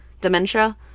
dementia